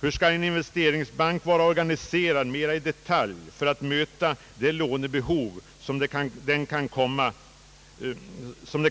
Hur skall en investeringsbank vara organiserad mera i detalj för att möta de lånebehov, som det